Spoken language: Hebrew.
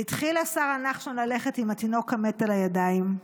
והתחילה שרה נחשון ללכת עם התינוק המת על הידיים,